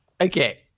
okay